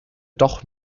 doch